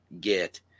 get